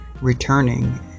returning